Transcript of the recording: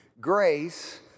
grace